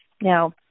Now